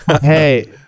hey